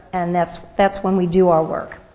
and that's that's when we do our work.